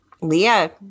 Leah